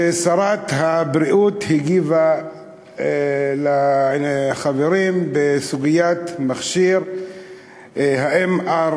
כששרת הבריאות הגיבה על דברי החברים בסוגיית מכשיר ה-MRI,